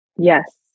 Yes